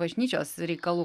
bažnyčios reikalų